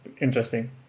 interesting